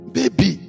Baby